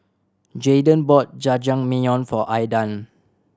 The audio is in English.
Jaydan bought Jajangmyeon for Aydan